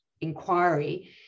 inquiry